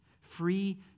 free